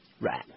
Right